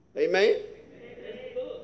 Amen